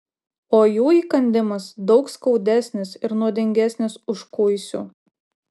o jų įkandimas daug skaudesnis ir nuodingesnis už kuisių